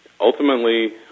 Ultimately